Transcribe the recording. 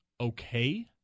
okay